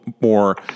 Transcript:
more